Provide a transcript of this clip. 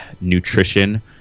nutrition